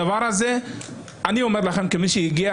הדבר הזה, אני אומר לכם כמי שהגיע